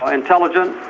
ah intelligent,